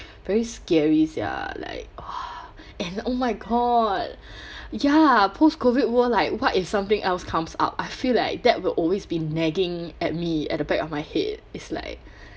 very scary sia like and oh my god ya post COVID world like what if something else comes out I feel like that will always be nagging at me at the back of my head is like